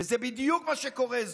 וזה בדיוק מה שקורה.